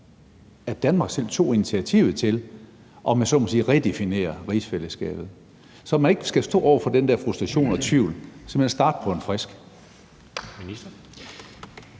at Danmark selv tog initiativet til, om jeg så må sige, at redefinere rigsfællesskabet, så man ikke skal stå over for den der frustration og tvivl, og simpelt hen starte på en frisk.